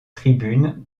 tribune